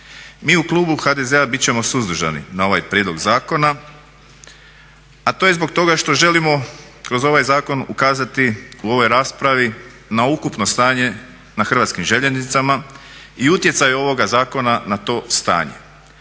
Mi u klubu HDZ-a bit ćemo suzdržani na ovaj prijedlog zakona a to je zbog toga što želimo kroz ovaj zakon ukazati u ovoj raspravi na ukupno stanje na hrvatskim željeznicama i utjecaju ovoga zakona na to stanje.